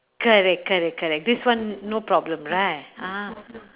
correct correct correct this one no problem right ah